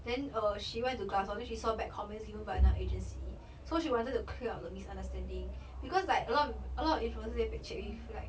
then uh she went to glass door then she saw bad comments given by another agency so she wanted to clear up the misunderstanding because like a lot of a lot of influencers they pek cek with like